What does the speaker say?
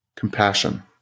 compassion